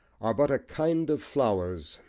are but a kind of flowers,